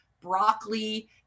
broccoli